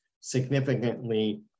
significantly